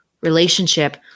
relationship